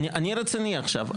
אני רציני עכשיו.